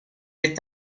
est